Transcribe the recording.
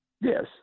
Yes